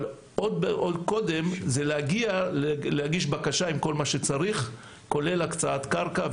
אבל עוד קודם זה להגיש בקשה עם כל מה שצריך כולל הקצאת קרקע,